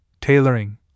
tailoring